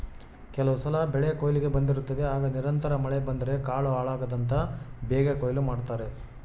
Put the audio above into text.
ಕೆಲವುಸಲ ಬೆಳೆಕೊಯ್ಲಿಗೆ ಬಂದಿರುತ್ತದೆ ಆಗ ನಿರಂತರ ಮಳೆ ಬಂದರೆ ಕಾಳು ಹಾಳಾಗ್ತದಂತ ಬೇಗ ಕೊಯ್ಲು ಮಾಡ್ತಾರೆ